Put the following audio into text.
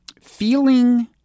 feeling